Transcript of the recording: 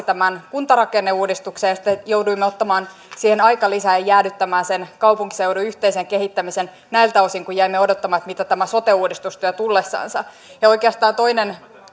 tämän kuntarakenneuudistuksen ja sitten jouduimme ottamaan siihen aikalisän ja jäädyttämään sen kaupunkiseudun yhteisen kehittämisen näiltä osin kun jäimme odottamaan mitä tämä sote uudistus tuo tullessansa oikeastaan toinen